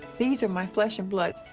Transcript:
these are my flesh and blood.